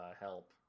help